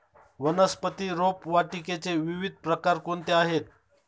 वनस्पती रोपवाटिकेचे विविध प्रकार कोणते आहेत?